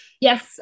Yes